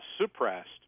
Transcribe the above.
suppressed